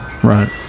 Right